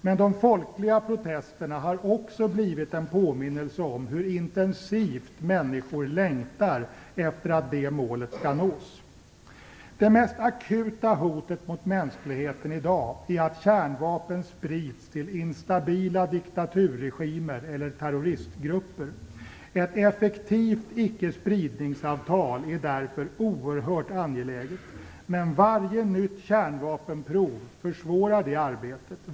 Men de folkliga protesterna har också blivit en påminnelse om hur intensivt människor längtar efter att det målet skall nås. Det mest akuta hotet mot mänskligheten i dag är att kärnvapen sprids till instabila diktaturregimer eller terroristgrupper. Ett effektivt icke-spridningsavtal är därför oerhört angeläget. Men varje nytt kärnvapenprov försvårar det arbetet.